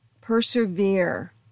persevere